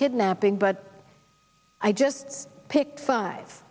kidnapping but i just picked five